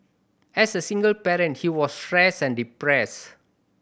as a single parent he was stressed and depressed